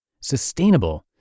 Sustainable